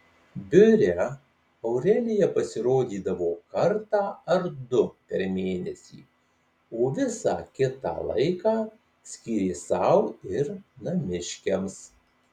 biure aurelija pasirodydavo kartą ar du per mėnesį o visą kitą laiką skyrė sau ir namiškiams